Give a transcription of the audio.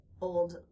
old